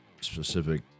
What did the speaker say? specific